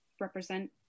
represent